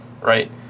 right